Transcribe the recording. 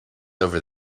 over